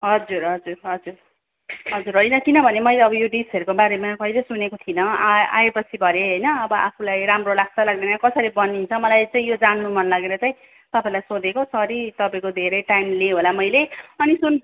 हजुर हजुर हजुर हजुर होइन किनभने मैले अब यो डिसहरूको बारेमा कहिले सुनेको थिइनँ आए आएपछि भरे होइन अब आफूलाई राम्रो लाग्छ लाग्दैन कसरी बनिन्छ मलाई यो चाहिँ यो जान्न मन लागेर चाहिँ तपाईँलाई सोधेको सरी तपाईँको धेरै टाइम लिएँ होला मैले अनि सुन